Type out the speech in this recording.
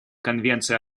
конвенцию